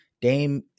Dame